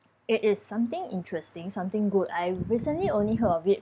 it is something interesting something good I recently only heard of it